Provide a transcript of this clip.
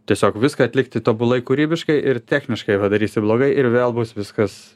tiesiog viską atlikti tobulai kūrybiškai ir techniškai padarysi blogai ir vėl bus viskas